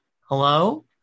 Hello